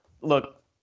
look